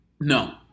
No